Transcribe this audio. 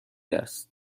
است